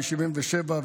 מ-1977,